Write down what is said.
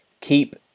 Keep